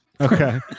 Okay